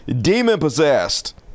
demon-possessed